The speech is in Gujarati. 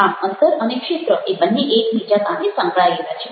આમ અંતર અને ક્ષેત્ર એ બંને એકબીજા સાથે સંકળાયેલા છે